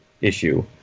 issue